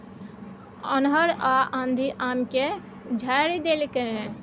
अन्हर आ आंधी आम के झाईर देलकैय?